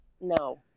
No